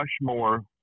Rushmore